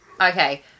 Okay